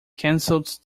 cancelled